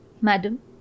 madam